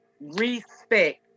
respect